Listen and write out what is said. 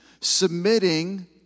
Submitting